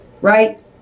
right